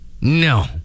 No